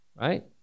right